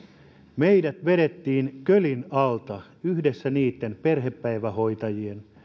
meidät vedettiin kölin alta yhdessä niitten perhepäivähoitajien ja